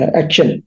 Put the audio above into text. action